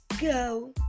go